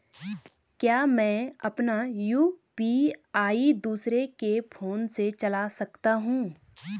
क्या मैं अपना यु.पी.आई दूसरे के फोन से चला सकता हूँ?